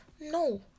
no